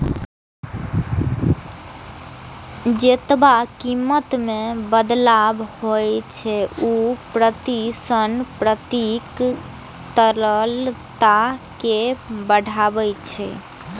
जेतबा कीमत मे बदलाव होइ छै, ऊ परिसंपत्तिक तरलता कें बतबै छै